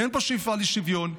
אין פה שאיפה לשוויון.